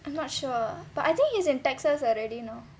I'm not sure but I think is in texas already now